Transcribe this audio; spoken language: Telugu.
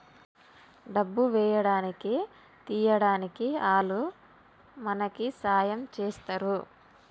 డబ్బు వేయడానికి తీయడానికి ఆల్లు మనకి సాయం చేస్తరు